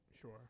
Sure